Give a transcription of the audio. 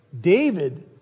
David